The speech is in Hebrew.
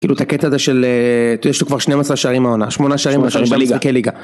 כאילו את הקטע הזה של יש לו כבר 12 שערים העונה, 8 שערים במשחקי ליגה.